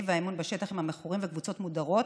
והאמון בשטח עם מכורים וקבוצות מודרות,